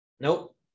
Nope